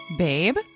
babe